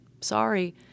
Sorry